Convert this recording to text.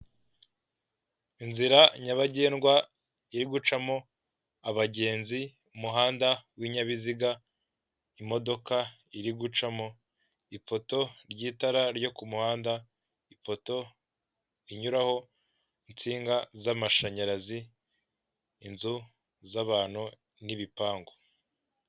Mu muhanda hari abantu benshi bari guturuka mu mpande zitandukanye. Hari umuhanda w'abanyamaguru hejuru hari na kaburimbo iri kunyuramo moto hagati aho abantu ba bari kunyura cyangwa ku mpande z'uwo muhanda abanyamaguru bari kunyuramo hari inyubako ku ruhande rw'iburyo no kuhande rw'ibumoso hino hari ipoto.